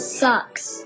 sucks